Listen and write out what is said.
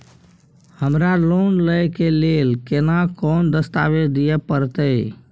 हमरा लोन लय के लेल केना कोन दस्तावेज दिए परतै?